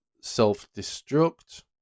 self-destruct